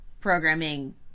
programming